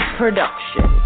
production